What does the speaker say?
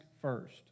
first